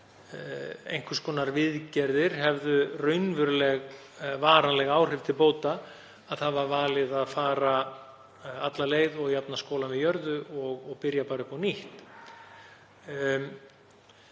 einhvers konar viðgerðir hefðu raunveruleg varanleg áhrif til bóta. Það var valið að fara alla leið og jafna skólann við jörðu og byrja upp á nýtt.